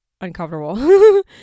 uncomfortable